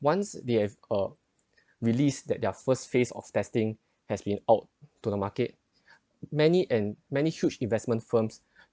once they have uh released that their first phase of testing has been out to the market many and many huge investment firms